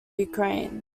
ukraine